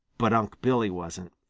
but unc' billy wasn't.